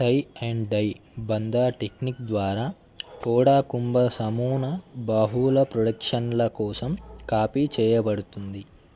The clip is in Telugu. టై అండ్ డై బంధా టెక్నిక్ ద్వారా కూడా కుంభా సమూనా బాహువుల ప్రొడక్షన్ల కోసం కాపీ చేయబడుతుంది